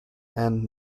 and